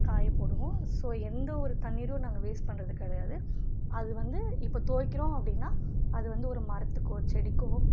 காயப் போடுவோம் ஸோ எந்த ஒரு தண்ணீரும் நாங்கள் வேஸ்ட் பண்றது கிடையாது அது வந்து இப்போ துவைக்கிறோம் அப்படின்னா அது வந்து ஒரு மரத்துக்கோ செடிக்கோ